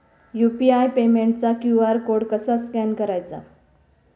UPI पेमेंटचा QR code कसा scan करायचा?